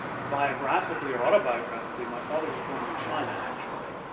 biographically, or autobiographically my father was born in china, actually.